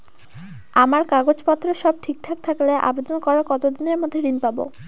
আমার কাগজ পত্র সব ঠিকঠাক থাকলে আবেদন করার কতদিনের মধ্যে ঋণ পাব?